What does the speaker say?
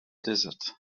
desert